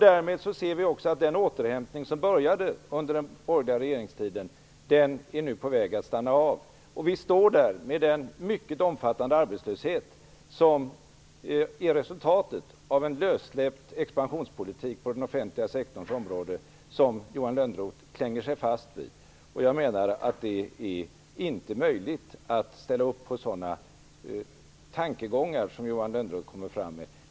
Därmed ser vi också att den återhämtning som inleddes under den borgerliga regeringstiden nu är på väg att stanna av. Vi står nu med den mycket omfattande arbetslöshet som är resultatet av en lössläppt expansionspolitik på den offentliga sektorns område - en politik som Johan Lönnroth klänger sig fast vid. Jag menar att det inte är möjligt att ställa upp på sådana tankegångar som Johan Lönnroth kommer med.